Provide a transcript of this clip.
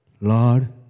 Lord